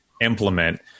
implement